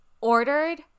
ordered